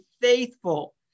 faithful